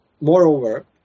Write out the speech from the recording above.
moreover